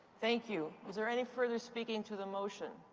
thank you. is there any further speaking to the motion?